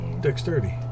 dexterity